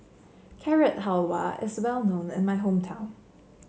Carrot Halwa is well known in my hometown